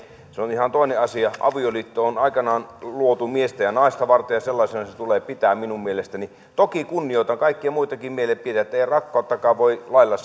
on ihan toinen asia avioliitto on aikanaan luotu miestä ja naista varten ja sellaisena se tulee pitää minun mielestäni toki kunnioitan kaikkia muitakin mielipiteitä eihän rakkauttakaan voi lailla